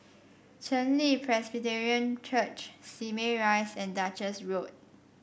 Chen Li Presbyterian Church Simei Rise and Duchess Road